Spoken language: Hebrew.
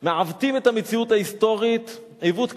מעוותים את המציאות ההיסטורית עיוות קשה,